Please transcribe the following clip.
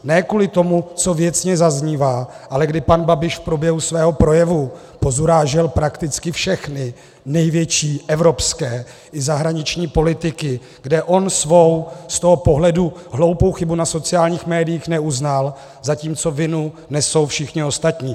Ne kvůli tomu, co věcně zaznívá, ale kdy pan Babiš v průběhu svého projevu pozurážel prakticky všechny největší evropské i zahraniční politiky, kde on svou z toho pohledu hloupou chybu na sociálních médiích neuznal, zatímco vinu nesou všichni ostatní.